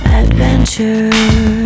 adventure